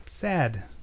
sad